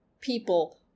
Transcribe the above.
people